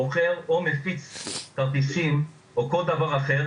מוכר או מפיץ כרטיסים או כל דבר אחר,